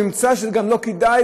נמצא שזה גם לא כדאי,